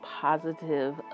positive